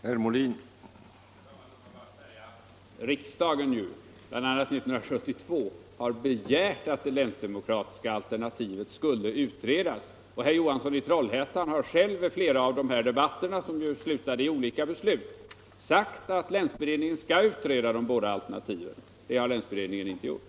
Herr talman! Låt mig bara säga att riksdagen — bl.a. år 1972 — begärt att länsdemokratialternativet skulle utredas. Herr Johansson i Stockholm har själv i flera av dessa debatter, som ledde till olika beslut, sagt att länsberedningen skall utreda de båda alternativen. Det har länsberedningen inte gjort.